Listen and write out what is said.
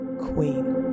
queen